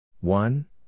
One